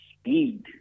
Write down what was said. speed